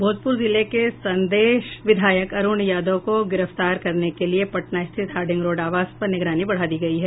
भोजपुर जिले के संदेश विधायक अरुण यादव को गिरफ्तार करने के लिए पटना स्थित हार्डिंग रोड आवास पर निगरानी बढ़ा दी गयी है